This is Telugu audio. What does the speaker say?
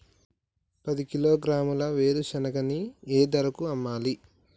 పది కిలోగ్రాముల వేరుశనగని ఏ ధరకు అమ్మాలి?